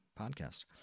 podcast